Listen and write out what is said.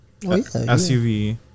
SUV